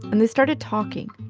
and they started talking.